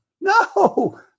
No